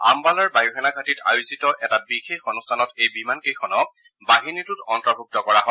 আম্বালাৰ বায়ুসেনা ঘাটিত আয়োজিত এটা বিশেষ অনুষ্ঠানত এই বিমান কেইখনক বাহিনীটোত অন্তৰ্ভূক্ত কৰা হয়